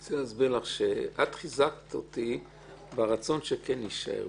את חיזקת אותי ברצון שכן יישאר,